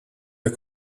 der